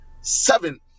seven